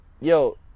yo